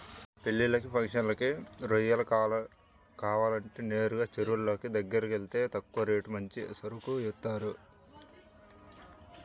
పెళ్ళిళ్ళకి, ఫంక్షన్లకి రొయ్యలు కావాలంటే నేరుగా చెరువులోళ్ళ దగ్గరకెళ్తే తక్కువ రేటుకి మంచి సరుకు ఇత్తారు